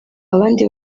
abandi